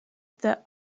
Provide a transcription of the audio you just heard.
the